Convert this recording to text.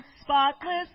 spotless